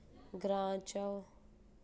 ग्रां च ओह्